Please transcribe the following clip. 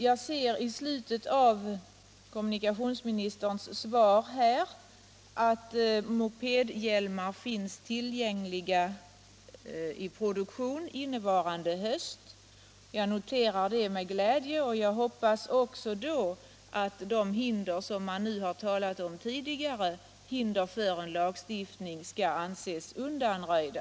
Jag ser i slutet av kommunikationsministerns svar att mopedhjälmar finns tillgängliga i produktion under innevarande höst. Jag noterar detta med glädje och hoppas att de hinder för lagstiftning man talat om tidigare nu kan anses undanröjda.